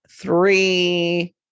three